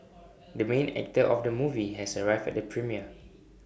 the main actor of the movie has arrived at the premiere